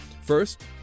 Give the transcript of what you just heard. First